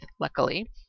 luckily